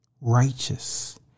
righteous